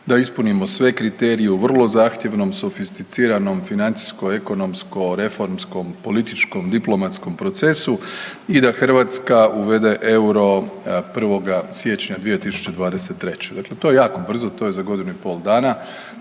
da ispunimo sve kriterije u vrlo zahtjevnom, sofisticiranom financijsko-ekonomsko-reformskom-političkom-diplomatskom procesu i da Hrvatska uvede euro 1. siječnja 2023. Dakle, to je jako brzo, to je za godinu i političkim